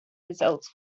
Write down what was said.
results